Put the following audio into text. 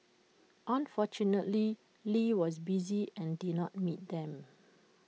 unfortunately lee was busy and did not meet them